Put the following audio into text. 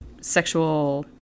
sexual